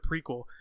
prequel